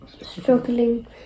struggling